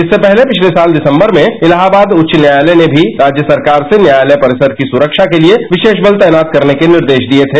इससे पहले पिछले साल दिसंबर में इलाहाबाद उच्च न्यायालय ने भी राज्य सरकार से न्यायालय परिसर की सुखा के लिए विरोष बल तैयार करने के निर्देश दिये थे